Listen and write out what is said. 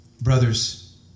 Brothers